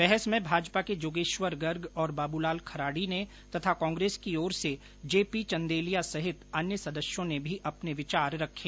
बहस में भाजपा के जोगेश्वर गर्ग और बाबूलाल खराड़ी ने तथा कांग्रेस की ओर से जे पी चंदेलिया सहित अन्य सदस्यों ने भी अपने विचार रखे